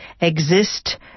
exist